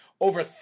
Over